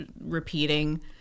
repeating